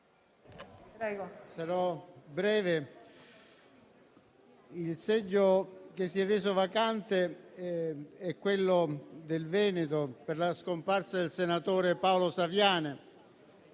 il seggio che si è reso vacante è quello della Regione Veneto, per la scomparsa del senatore Paolo Saviane.